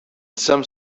some